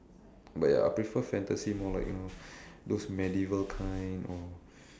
but ya I prefer fantasy more like you know those medieval kind or